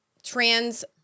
Trans